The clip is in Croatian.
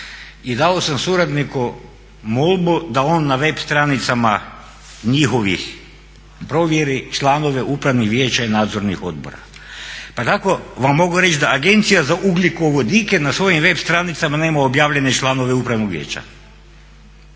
i dao sam suradniku molbu da on na web stranicama njihovih provjeri članove upravnih vijeća i nadzornih odbora. Pa tako vam mogu reći da Agencija za ugljikovodike na svojim web stranicama nema objavljene članove upravnog vijeća,